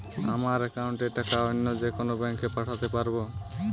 আমার একাউন্টের টাকা অন্য যেকোনো ব্যাঙ্কে পাঠাতে পারব?